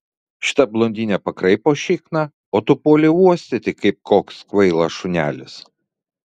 šita blondinė pakraipo šikną o tu puoli uostyti kaip koks kvailas šunelis